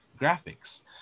graphics